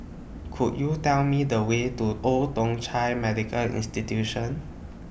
Could YOU Tell Me The Way to Old Thong Chai Medical Institution